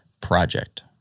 project